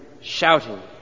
shouting